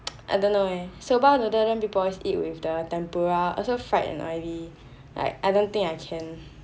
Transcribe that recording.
I don't know eh soba noodle then people usually eat with the tempura also fried and oily I don't think I can